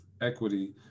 equity